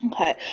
Okay